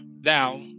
thou